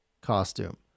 costume